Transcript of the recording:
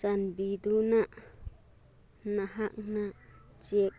ꯆꯥꯟꯕꯤꯗꯨꯅ ꯅꯍꯥꯛꯅ ꯆꯦꯛ